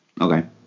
okay